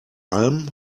alm